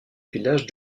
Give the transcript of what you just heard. village